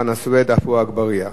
חנא סוייד ועפו אגבאריה.